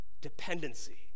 dependency